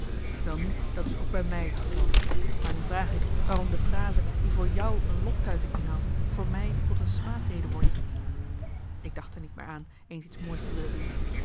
welnu dat is ook bij mij het geval maar nu vraag ik waarom de frase die voor jou een loftuiting inhoudt voor mij tot een smaadrede wordt ik dacht er niet meer aan eens iets moois te willen doen